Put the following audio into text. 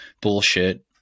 bullshit